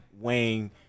weighing